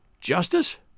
Justice